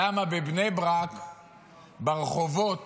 למה, ברחובות